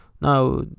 Now